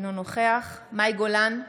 אינו נוכח מאי גולן,